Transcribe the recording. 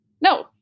No